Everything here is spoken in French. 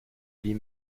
lis